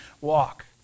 walk